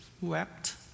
wept